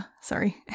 sorry